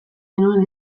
genuen